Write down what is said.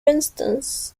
instance